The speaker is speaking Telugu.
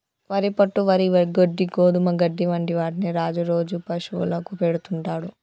వరి పొట్టు, వరి గడ్డి, గోధుమ గడ్డి వంటి వాటిని రాజు రోజు పశువులకు పెడుతుంటాడు